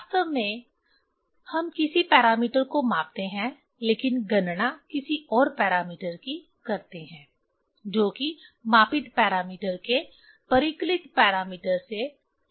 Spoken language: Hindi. वास्तव में हम किसी पैरामीटर को मापते हैं लेकिन गणना किसी और पैरामीटर की करते हैं जोकि मापित पैरामीटर के परिकलित पैरामीटर से संबंध पर निर्भर करता है